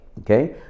okay